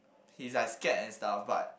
he is like scared and stuff but